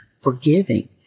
forgiving